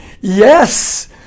yes